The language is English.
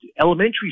elementary